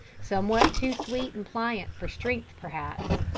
somewhat too sweet and pliant for strength, perhaps.